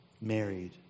married